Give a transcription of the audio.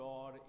God